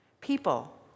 People